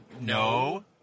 no